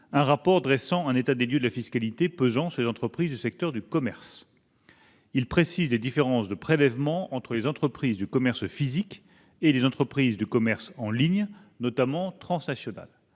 un rapport dressant un état des lieux de la fiscalité pesant sur les entreprises du secteur du commerce précisant les différences de prélèvement entre les entreprises du commerce physique et les entreprises du commerce en ligne, notamment transnationales.